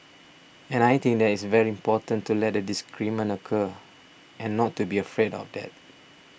and I think that it's very important to let a disagreement occur and not to be afraid of that